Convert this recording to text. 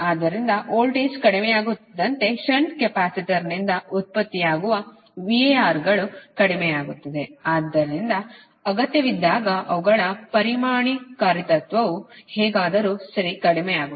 ಆದ್ದರಿಂದ ವೋಲ್ಟೇಜ್ ಕಡಿಮೆಯಾಗುತ್ತಿದ್ದಂತೆ ಷಂಟ್ ಕೆಪಾಸಿಟರ್ನಿಂದ ಉತ್ಪತ್ತಿಯಾಗುವ VAR ಗಳು ಕಡಿಮೆಯಾಗುತ್ತವೆ ಆದ್ದರಿಂದ ಅಗತ್ಯವಿದ್ದಾಗ ಅವುಗಳ ಪರಿಣಾಮಕಾರಿತ್ವವು ಹೇಗಾದರೂ ಸರಿ ಕಡಿಮೆಯಾಗುತ್ತದೆ